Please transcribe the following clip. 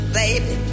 baby